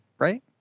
right